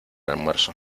almuerzo